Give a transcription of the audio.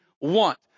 want